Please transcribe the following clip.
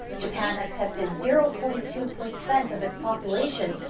japan has tested zero point two percent of its population,